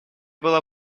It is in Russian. была